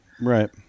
Right